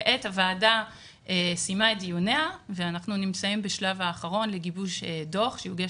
כעת הוועדה סיימה את דיוניה ואנחנו נמצאים בשלב האחרון לגיבוש דוח שיוגש